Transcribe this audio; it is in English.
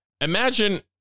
Imagine